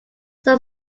sir